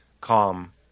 calm